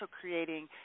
creating